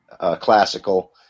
classical